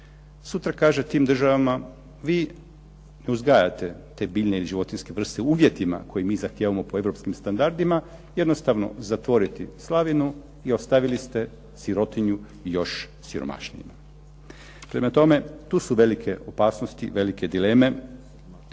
sutra kaže tim državama, vi uzgajate te biljne i životinjske vrste u uvjetima koje mi zahtijevamo po europskim standardima, jednostavno moramo zatvoriti slavinu i ostavili ste sirotinju još siromašnijima. Prema tome, tu su velike opasnosti, velike dileme.